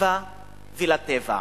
לסביבה ולטבע.